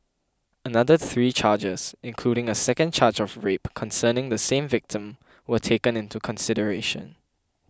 another three charges including a second charge of rape concerning the same victim were taken into consideration